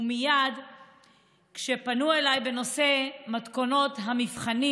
ומייד כשפנו אליי בנושא מתכונות המבחנים